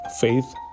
faith